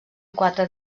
quatre